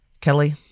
Kelly